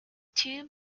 two